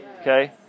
Okay